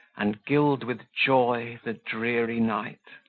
and gild with joy the dreary night.